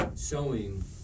showing